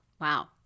wow